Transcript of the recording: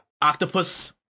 octopus